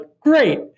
great